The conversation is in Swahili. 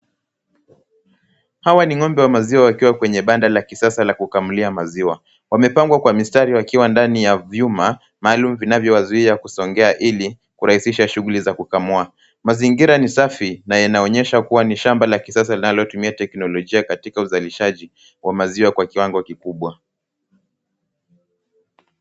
Hawa ni ng'ombe wa maziwa wakiwa kwenye banda la kisasa la kukamulia maziwa. Wamepangwa kwa mistari wakiwa ndani ya vyuma, mahali vinavyowazuia kusongea ili kurahihisha shughuli za kukamua. Mazingira ni safi na inaonyesha kuwa ni shamba la kisasa linalotumia teknolojia katika uzalishaji wa maziwa kwa kiwango kikubwa.